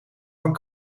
van